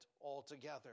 altogether